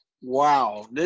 wow